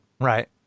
Right